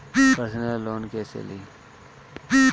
Personal loan कैसे ली?